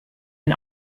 den